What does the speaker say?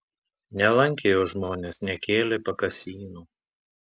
nelankė jo žmonės nekėlė pakasynų